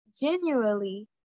genuinely